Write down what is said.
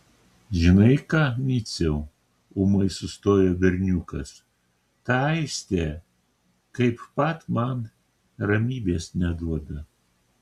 žinai ką miciau ūmai sustojo berniukas ta aistė kaip pat man ramybės neduoda